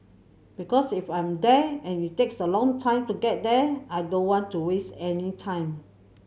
because if I'm there and it takes a long time to get there I don't want to waste any time